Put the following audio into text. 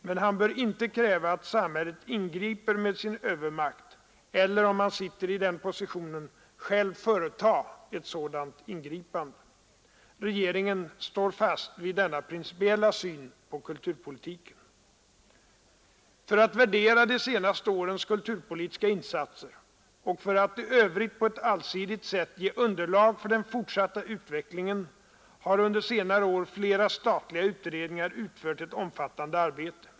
Men han bör inte kräva att samhället ingriper med sin övermakt eller, om han sitter i den positionen, själv företa ett sådant ingripande.” Regeringen står fast vid denna principiella syn på kulturpolitiken. För att värdera de senaste årens kulturpolitiska insatser och för att i övrigt på ett allsidigt sätt ge underlag för den fortsatta utvecklingen har under senare år flera statliga utredningar utfört ett omfattande arbete.